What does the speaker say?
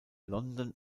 london